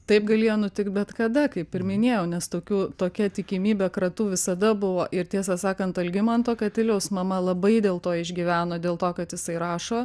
taip galėjo nutikt bet kada kaip ir minėjau nes tokių tokia tikimybė kratų visada buvo ir tiesą sakant algimanto katiliaus mama labai dėl to išgyveno dėl to kad jisai rašo